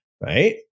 Right